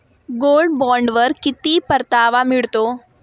Gold बॉण्डवर किती परतावा मिळतो?